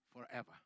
forever